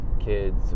kids